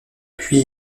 puis